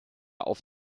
auf